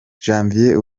janvier